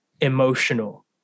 emotional